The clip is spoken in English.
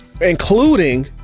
including